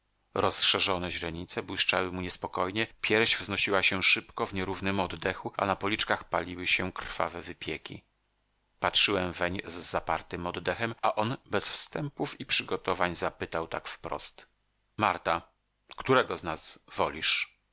rozszerzone źrenice błyszczały mu niespokojnie pierś wznosiła się szybko w nierównym oddechu a na policzkach paliły się krwawe wypieki patrzyłem weń z zapartym oddechem a on bez wstępów i przygotowań zapytał tak wprost marta którego z nas wolisz